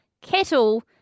Kettle